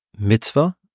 mitzvah